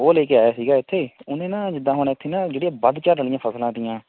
ਉਹ ਲੈ ਕੇ ਆਇਆ ਸੀਗਾ ਇੱਥੇ ਉਹਨੇ ਨਾ ਜਿੱਦਾਂ ਹੁਣ ਇੱਥੇ ਨਾ ਜਿਹੜੀਆਂ ਵੱਧ ਝਾੜ੍ਹ ਵਾਲੀਆਂ ਫਸਲਾਂ ਤੀਆਂ